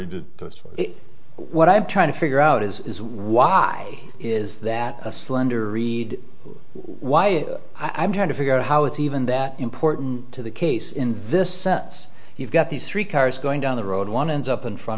the what i'm trying to figure out is why is that a slender reed why i'm trying to figure out how it's even that important to the case in this sense you've got these three cars going down the road one ends up in front